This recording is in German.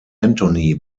anthony